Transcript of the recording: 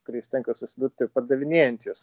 kuriais tenka susidurti pardavinėjant juos